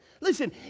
Listen